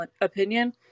opinion